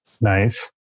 Nice